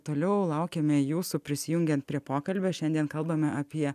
toliau laukiame jūsų prisijungiant prie pokalbio šiandien kalbame apie